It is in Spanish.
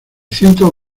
ciento